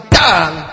done